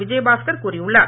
விஜயபாஸ்கர் கூறியுள்ளார்